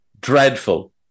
dreadful